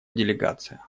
делегация